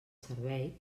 servei